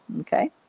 Okay